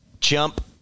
jump